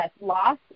loss